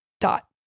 dot